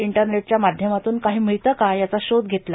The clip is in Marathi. इंटरनेटच्या माध्यमातून काही मिळतं का याचा शोध घेतला